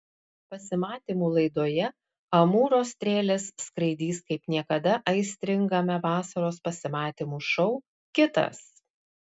pasimatymų laidoje amūro strėlės skraidys kaip niekada aistringame vasaros pasimatymų šou kitas